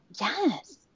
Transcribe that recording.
Yes